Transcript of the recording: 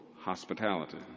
hospitality